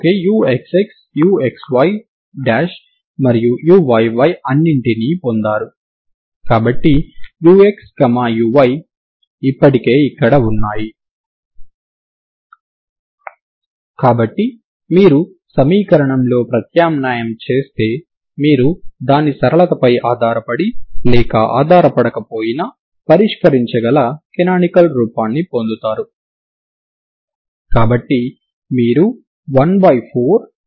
ఈ రెండు సమస్యలు కూడా ఒక్కొక్క పరిష్కారాన్ని మాత్రమే కలిగి ఉంటాయి అదే వాదన ద్వారా మీరు చూపించవచ్చు దాని నుండి మీరు ఇచ్చిన పరిష్కారం మాత్రమే సరైన పరిష్కారం అవుతుంది సరేనా మరియు f g లు షరతులను సంతృప్తి పరుస్తాయి